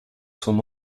son